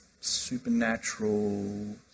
supernatural